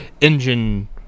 engine